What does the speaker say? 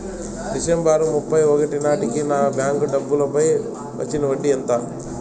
December ముప్పై ఒకటి నాటేకి నా బ్యాంకు డబ్బుల పై వచ్చిన వడ్డీ ఎంత?